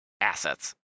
assets